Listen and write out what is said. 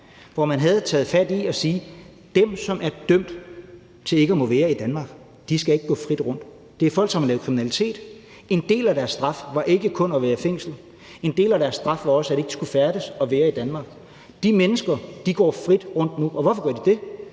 hvor man havde taget fat i dem, som er dømt til ikke at måtte være i Danmark, og sagt, at de ikke skal gå frit rundt. Det er folk, som har lavet kriminalitet. En del af deres straf var ikke kun at være i fængsel; en del af deres straf var også, at de ikke skulle færdes og være i Danmark. De mennesker går frit rundt nu. Og hvorfor gør de det?